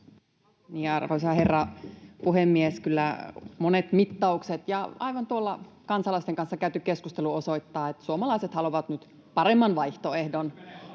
Arvoisa herra puhemies! Kyllä monet mittaukset ja aivan tuolla kansalaisten kanssa käyty keskustelu osoittavat, että suomalaiset haluavat nyt paremman vaihtoehdon